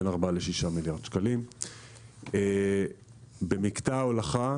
לצערי, במקטע ההולכה,